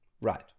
Right